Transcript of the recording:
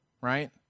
right